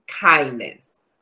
kindness